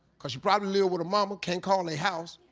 cause she probably live with her momma, can't call they house.